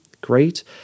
great